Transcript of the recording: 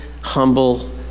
humble